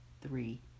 three